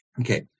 Okay